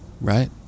Right